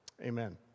Amen